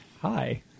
Hi